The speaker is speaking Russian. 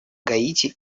гаити